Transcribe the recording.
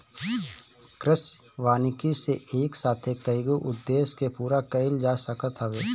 कृषि वानिकी से एक साथे कईगो उद्देश्य के पूरा कईल जा सकत हवे